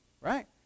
right